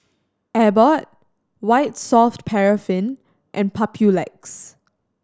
Abbott White Soft Paraffin and Papulex